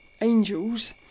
angels